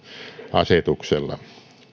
asetuksella